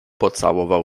pocałował